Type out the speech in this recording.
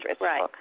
Right